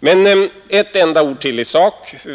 Men några ord till i sak.